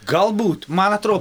galbūt man atro